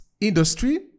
industry